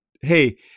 hey